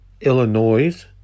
Illinois